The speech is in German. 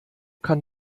kann